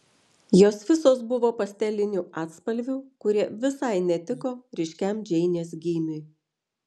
jos visos buvo pastelinių atspalvių kurie visai netiko ryškiam džeinės gymiui